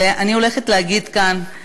ואני הולכת להגיד כאן גם את קולי,